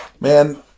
man